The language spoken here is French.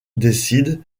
décide